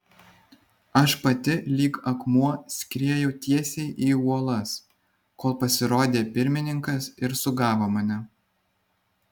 aš pati lyg akmuo skriejau tiesiai į uolas kol pasirodė pirmininkas ir sugavo mane